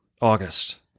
August